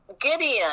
Gideon